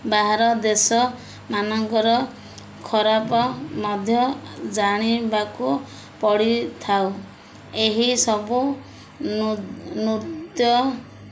ବାହାର ଦେଶ ମାନଙ୍କର ଖରାପ ମଧ୍ୟ ଜାଣିବାକୁ ପଡ଼ିଥାଉ ଏହିସବୁ ନୃତ୍ୟ